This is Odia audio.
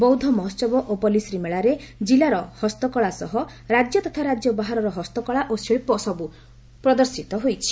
ବୌଦ୍ଧ ମହୋସ୍ବ ଓ ପଲ୍ଲଶ୍ରୀ ମେଳାରେ ଜିଲାର ହସ୍ତକଳା ସହ ରାଜ୍ୟ ତଥା ରାଜ୍ୟ ବାହାରର ହସ୍ତକଳା ଓ ଶିଳ୍ବ ସବୁ ପ୍ରଦର୍ଶିତ ହୋଇଛି